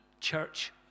church